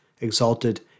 exalted